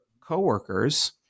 coworkers